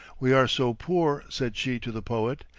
we are so poor, said she to the poet,